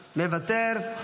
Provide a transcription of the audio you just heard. מוותר.